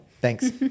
Thanks